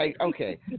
Okay